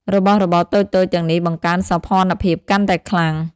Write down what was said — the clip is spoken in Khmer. របស់របរតូចៗទាំងនេះបង្កើនសោភ័ណភាពកាន់តែខ្លាំង។